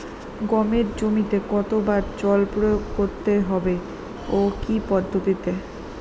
গমের জমিতে কতো বার জল প্রয়োগ করতে হবে ও কি পদ্ধতিতে?